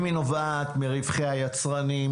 האם היא נובעת מרווחי היצרנים?